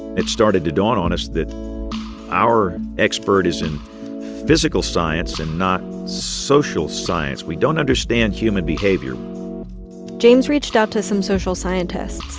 it started to dawn on us that our expert is in physical science and not social science. we don't understand human behavior james reached out to some social scientists,